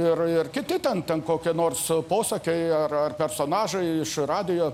ir ir kiti ten ten kokie nors posakiai ar personažai iš radijo